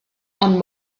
ond